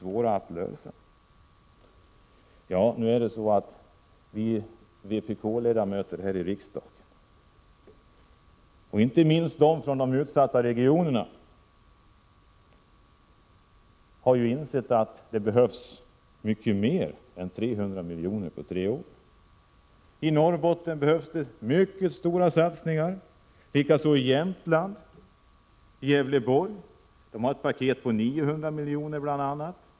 Vpk:s riksdagsledamöter, inte minst de från de utsatta regionerna, har insett att det behövs mycket mer än 300 miljoner på tre år. I Norrbotten behövs det mycket stora satsningar, likaså i Jämtland. I Gävleborgs län har det presenterats ett paket som omfattar åtgärder för 900 milj.kr.